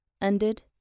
Ended